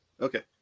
Okay